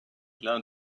l’un